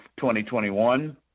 2021